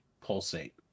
pulsate